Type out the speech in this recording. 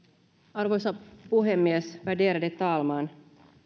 arvoisa puhemies värderade talman